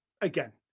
again